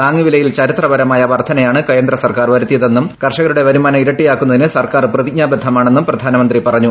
താങ്ങുവിലയിൽ ചരിത്രപരമായ വർദ്ധനയാണ് കേന്ദ്രസർക്കാർ വരുത്തിയതെന്നും കർഷകരുടെ വരുമാനം ഇരട്ടി യാക്കുന്നതിന് സർക്കാർ പ്രതിജ്ഞാബദ്ധമാണെന്നും പ്രധാനമന്ത്രി പറഞ്ഞു